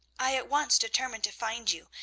i at once determined to find you,